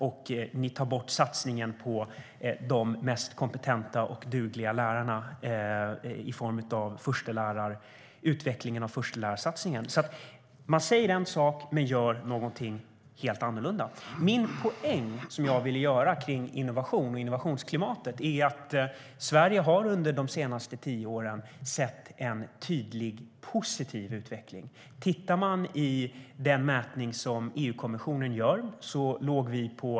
Och ni tar bort satsningen på de mest kompetenta och dugliga lärarna i form av utvecklingen av förstelärarsatsningen. Man säger en sak men gör någonting helt annat. Den poäng som jag vill göra kring innovation och innovationsklimatet är att Sverige under de senaste tio åren har sett en tydlig positiv utveckling. Man kan titta på den mätning som EU-kommissionen gör.